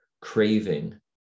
craving